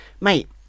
mate